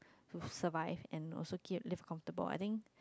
to survive and also gear a leave comfortable I think